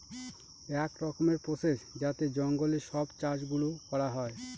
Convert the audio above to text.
এক রকমের প্রসেস যাতে জঙ্গলে সব চাষ গুলো করা হয়